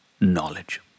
knowledge